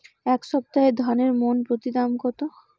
এই সপ্তাহে ধানের মন প্রতি দাম কত?